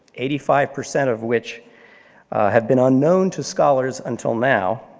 eighty five percent of which have been unknown to scholars until now,